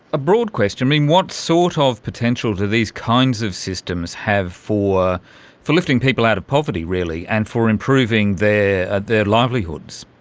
a broad question, what sort of potential do these kinds of systems have for for lifting people out of poverty really and for improving their their livelihoods?